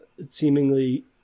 seemingly